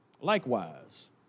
likewise